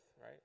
right